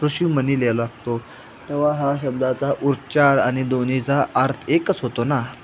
ऋषिमुनी लिहाय लागतो तेव्हा हा शब्दाचा उच्चार आणि दोन्हीचा अर्थ एकच होतो ना